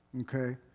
Okay